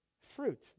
Fruit